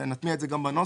נטמיע את זה גם בנוסח.